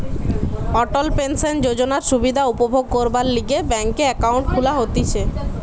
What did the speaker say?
অটল pension যোজনার সুবিধা উপভোগ করবার লিগে ব্যাংকে একাউন্ট খুলা হতিছে